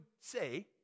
say